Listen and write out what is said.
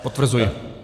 Potvrzuji.